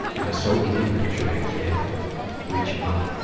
and so easy to picture that kid reaching up,